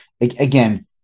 again